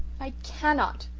i cannot,